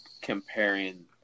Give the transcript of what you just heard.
Comparing